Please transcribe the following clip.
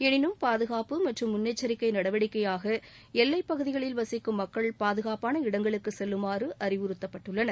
எனினும் பாதுகாப்பு மற்றும் முன்னெச்சரிக்கை நடவடிக்கையாக எல்லைப் பகுதிகளில் வசிக்கும் மக்கள் பாதுகாப்பான இடங்களுக்கு செல்லுமாறு அறிவுறுத்தப்பட்டுள்ளன